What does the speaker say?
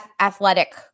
athletic